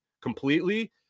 completely